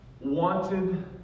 wanted